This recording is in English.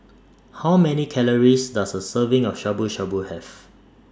How Many Calories Does A Serving of Shabu Shabu Have